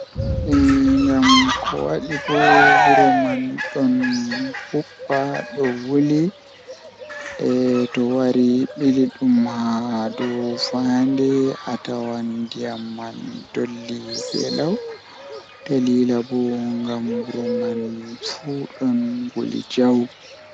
Babeeji mi yahi balaade do kannjum woni Mi waɗi fi fewndoode ko nder leydi ngal ko waɗi doole. Mi yiɗi wonde e baafal heɓude laawol ngol, ko miɗo yiɗi saama sabu o waɗi jeyɗi fiɗɗi nder ngal. Ko ɗum faama sabu o waɗi waawugol, kadi mi njogii sabu o waɗi jeyɗi.